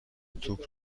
توپ